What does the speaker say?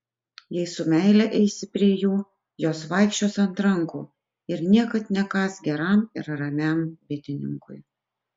jei su meile eisi prie jų jos vaikščios ant rankų ir niekad nekąs geram ir ramiam bitininkui